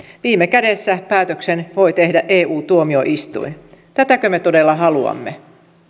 viime kädessä päätöksen voi tehdä eu tuomioistuin tätäkö me todella haluamme